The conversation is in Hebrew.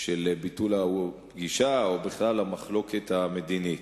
לביטול הפגישה, או בכלל למחלוקת המדינית,